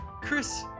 chris